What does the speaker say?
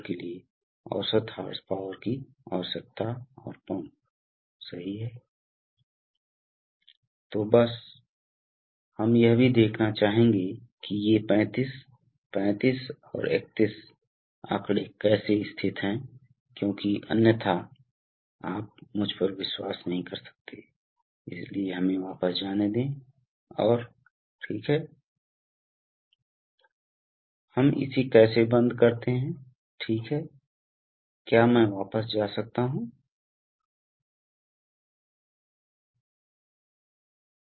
आप देखें हम जो करने की कोशिश कर रहे हैं वह यह है कि यदि आपके पास एक दबाव सेटिंग है हम 100 से 120 psi मान लेते हैं अब जब आप लोड ड्रा कर रहे हैं तो ये दबाव गिरना शुरू हो जाएगा और फिर 115 psi आप फिर से कंप्रेसर को चालू करते हैं जिससे दबाव बढ़ता रहता है और बन जाता है इसलिए दबाव होगा इसलिए आप वास्तव में इसे बनाते हैं आप इस समय कंप्रेसर को ऑन करते हैं और फिर दबाव बनता है